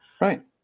Right